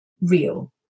real